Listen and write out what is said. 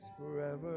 forever